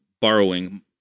borrowing